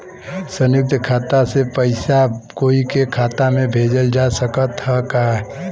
संयुक्त खाता से पयिसा कोई के खाता में भेजल जा सकत ह का?